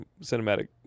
cinematic